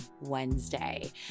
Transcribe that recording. Wednesday